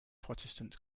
protestant